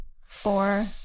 four